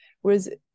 Whereas